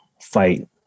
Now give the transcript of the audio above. fight